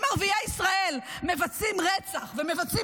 אם ערביי ישראל מבצעים רצח ומבצעים